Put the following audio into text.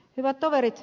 hyvät toverit